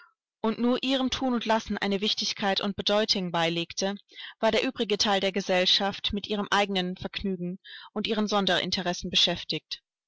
und nur ihrem thun und lassen eine wichtigkeit und bedeutung beilegte war der übrige teil der gesellschaft mit ihrem eigenen vergnügen und ihren sonderinteressen beschäftigt